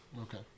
Okay